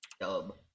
dub